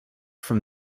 from